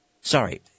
sorry